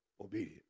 obedient